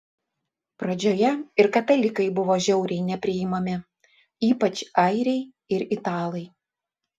pradžioje ir katalikai buvo žiauriai nepriimami ypač airiai ir italai